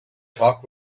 talked